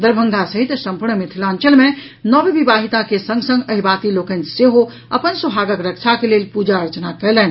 दरभंगा सहित सम्पूर्ण मिथिलांचल मे नव विवाहिता के संग संग अहिबाती लोकनि सेहो अपन सोहागक रक्षाक लेल पूजा अर्चना कयलनि